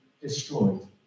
destroyed